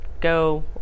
go